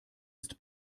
ist